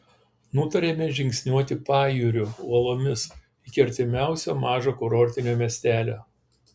nutarėme žingsniuoti pajūriu uolomis iki artimiausio mažo kurortinio miestelio